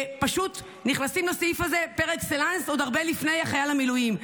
פשוט נכנסים לסעיף הזה פר-אקסלנס עוד הרבה לפני חייל המילואים.